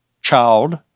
child